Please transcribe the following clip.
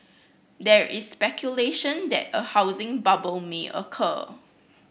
there is speculation that a housing bubble may occur